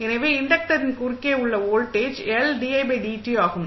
எனவே இன்டக்டரின் குறுக்கே உள்ள வோல்டேஜ் ஆகும்